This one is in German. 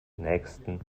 nächsten